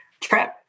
trip